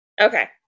Okay